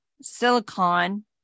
silicon